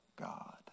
God